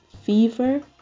fever